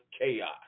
Chaos